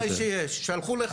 ודאי שיש, שלחו לך.